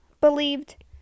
believed